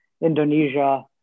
Indonesia